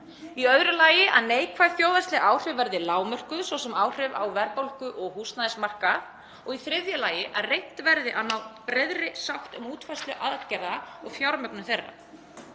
Í öðru lagi að neikvæð þjóðhagsleg áhrif verði lágmörkuð, svo sem áhrif á verðbólgu og húsnæðismarkað, og í þriðja lagi að reynt verði að ná breiðri sátt um útfærslu aðgerða og fjármögnun þeirra.